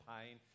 pain